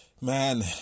man